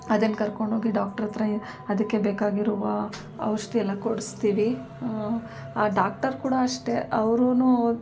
ಅದನ್ನು ಕರ್ಕೊಂಡ್ಹೋಗಿ ಡಾಕ್ಟ್ರ ಹತ್ರ ಏನು ಅದಕ್ಕೆ ಬೇಕಾಗಿರುವ ಔಷಧಿ ಎಲ್ಲ ಕೊಡಿಸ್ತೀವಿ ಆ ಡಾಕ್ಟರ್ ಕೂಡ ಅಷ್ಟೇ ಅವರೂ